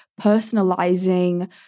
personalizing